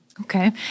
Okay